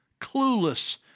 clueless